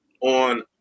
on